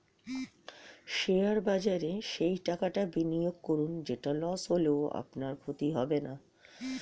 share বাজারে সেই টাকাটা বিনিয়োগ করুন যেটা লস হলেও আপনার ক্ষতি হবে না